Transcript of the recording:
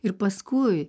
ir paskui